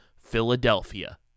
Philadelphia